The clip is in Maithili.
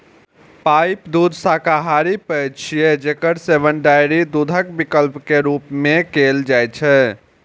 पाइप दूध शाकाहारी पेय छियै, जेकर सेवन डेयरी दूधक विकल्प के रूप मे कैल जाइ छै